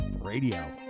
radio